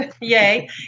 yay